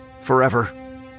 Forever